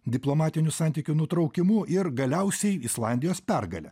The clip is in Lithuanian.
diplomatinių santykių nutraukimu ir galiausiai islandijos pergale